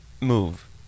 move